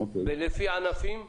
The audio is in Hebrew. לפי ענפים,